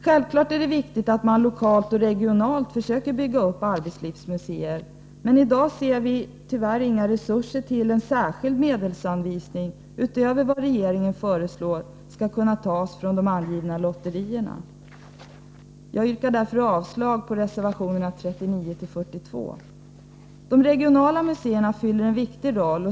Självfallet är det viktigt att man lokalt och regionalt försöker bygga upp arbetslivsmuseer, men i dag ser vi tyvärr ingen möjlighet att ge en särskild medelsanvisning utöver de resurser som regeringen föreslår skall kunna tas från de angivna lotterierna. Jag yrkar därför avslag på reservationerna 39-42. De regionala museerna fyller en viktig roll.